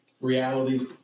reality